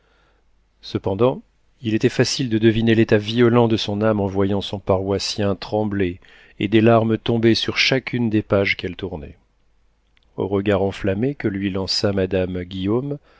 cependant il était facile de deviner l'état violent de son âme en voyant son paroissien trembler et des larmes tomber sur chacune des pages qu'elle tournait au regard enflammé que lui lança madame guillaume